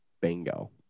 Bingo